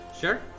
Sure